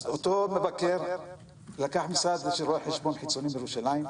אז אותו מבקר לקח משרד רואי חשבון חיצוני בירושלים.